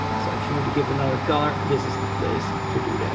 so if you want to give another color, this is the place to do that,